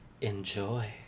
Enjoy